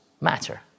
Matter